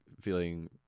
feeling